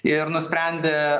ir nusprendė